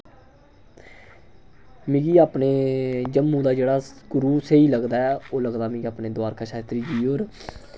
मिगी अपने जम्मू दा जेह्ड़ा गुरु स्हेई लगदा ऐ ओह् लगदा मिगी अपने द्वारका शास्त्री जी होर